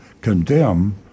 condemn